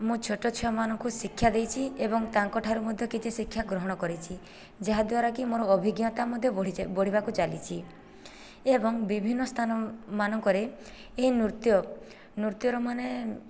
ମୁଁ ଛୋଟ ଛୁଆମାନଙ୍କୁ ଶିକ୍ଷା ଦେଇଛି ଏବଂ ତାଙ୍କଠାରୁ ମଧ୍ୟ କିଛି ଶିକ୍ଷା ଗ୍ରହଣ କରିଛି ଯାହାଦ୍ୱାରାକି ମୋର ଅଭିଜ୍ଞତା ମଧ୍ୟ ବଢ଼ିବାକୁ ଚାଲିଛି ଏବଂ ବିଭିନ୍ନ ସ୍ଥାନ ମାନଙ୍କରେ ଏହି ନୃତ୍ୟ ନୃତ୍ୟର ମାନେ